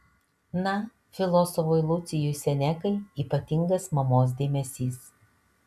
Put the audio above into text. na filosofui lucijui senekai ypatingas mamos dėmesys